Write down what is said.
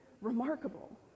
remarkable